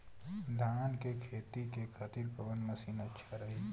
धान के खेती के खातिर कवन मशीन अच्छा रही?